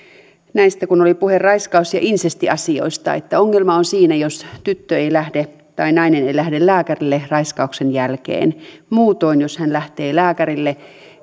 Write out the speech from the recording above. kun oli puhe raiskaus ja insestiasioista että ongelma on siinä jos tyttö tai nainen ei lähde lääkärille raiskauksen jälkeen muutoin jos hän lähtee lääkärille